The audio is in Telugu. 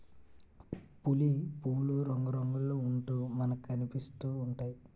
పులి పువ్వులు రంగురంగుల్లో ఉంటూ మనకనిపిస్తా ఉంటాయి